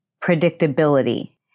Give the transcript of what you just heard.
predictability